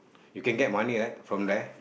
they can get money also